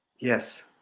Yes